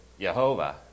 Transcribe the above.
Yehovah